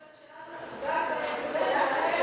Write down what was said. בקריית-ארבע, בחברון, בירושלים, בכל מקום בישראל,